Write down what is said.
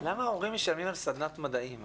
‏למה ההורים משלמים על סדנת מדעים?